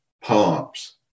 pumps